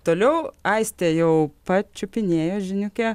toliau aistė jau pačiupinėjo žiniuke